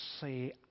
say